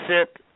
sit